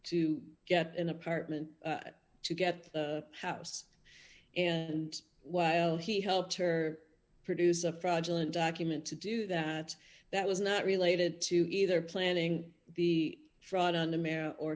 to get an apartment to get to the house and while he helped her produce a fraudulent document to do that that was not related to either planning the fraud on the mare or